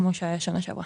כמו שהיה בשנה שעברה.